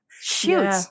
shoot